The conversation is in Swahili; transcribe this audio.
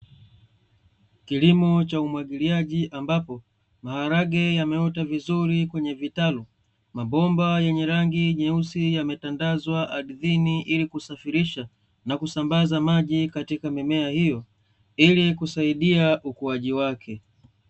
Kilimo cha umwagiliaji ambapo, maharage yameota vizuri kwenye vitalu. Mabomba yenye rangi nyeusi yametandazwa ardhini ili kusafirisha na kusambaza maji katika mimea hiyo, ili kusaidia ukuaji wake.